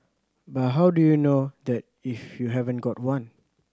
but how do you know that if you haven't got one